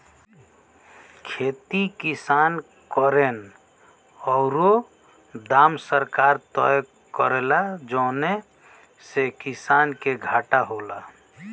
खेती किसान करेन औरु दाम सरकार तय करेला जौने से किसान के घाटा होला